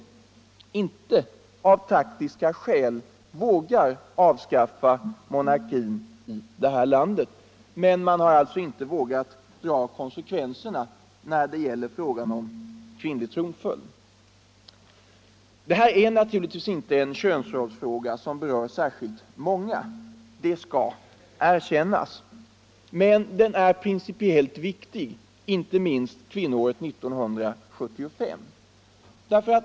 Det här är naturligtvis inte en könsrollsfråga som berör särskilt många, det skall erkännas. Men den är principiellt viktig, inte minst kvinnoåret 1975.